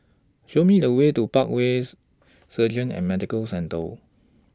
Show Me The Way to Parkways Surgery and Medical Centre